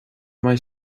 mbeidh